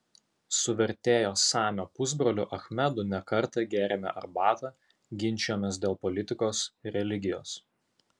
su vertėjo samio pusbroliu achmedu ne kartą gėrėme arbatą ginčijomės dėl politikos ir religijos